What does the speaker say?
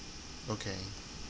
okay